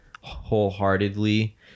wholeheartedly